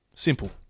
Simple